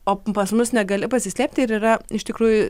o pas mus negali pasislėpti ir yra iš tikrųjų